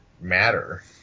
matter